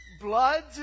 blood